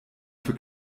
für